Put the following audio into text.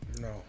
No